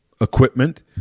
equipment